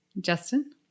Justin